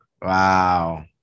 Wow